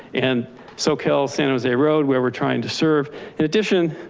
and so cal san jose road, where we're trying to serve in addition,